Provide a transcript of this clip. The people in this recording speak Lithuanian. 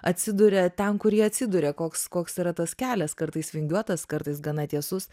atsiduria ten kur jie atsiduria koks koks yra tas kelias kartais vingiuotas kartais gana tiesus